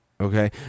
okay